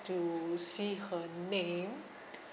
to see her name